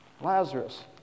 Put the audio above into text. Lazarus